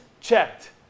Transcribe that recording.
Checked